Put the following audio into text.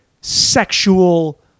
sexual